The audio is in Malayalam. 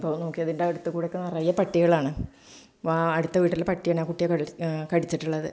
അപ്പോൾ നോക്കി അതിന്റെ അടുത്ത് കൂടെയൊക്കെ നിറയെ പട്ടികളാണ് വാ അടുത്ത വീട്ടിലെ പട്ടിയാണ് ആ കുട്ടിയെ കടി കടിച്ചിട്ടുള്ളത്